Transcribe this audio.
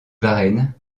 varennes